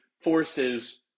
forces